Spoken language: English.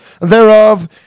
thereof